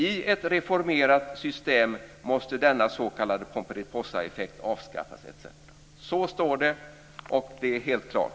I ett reformerat system måste denna s.k. pomperipossaeffekt avskaffas". Så står det, och det är helt klart.